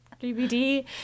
dvd